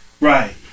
Right